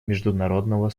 международного